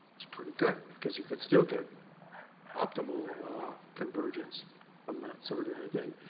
it's pretty good because you can still get optimal convergence on that sort of a thing.